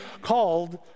called